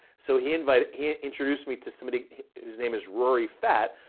so he invited, he introduced me to somebody whose name is rory fatt,